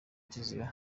kiziba